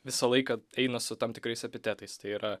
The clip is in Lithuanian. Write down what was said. visą laiką eina su tam tikrais epitetais tai yra